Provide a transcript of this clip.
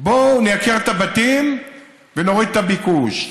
בואו נייקר את הבתים ונוריד את הביקוש.